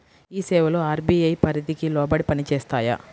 ఈ సేవలు అర్.బీ.ఐ పరిధికి లోబడి పని చేస్తాయా?